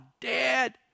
Dad